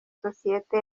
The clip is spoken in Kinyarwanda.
sosiyete